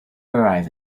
arrive